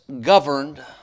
governed